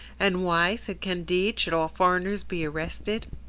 and why, said candide, should all foreigners be arrested?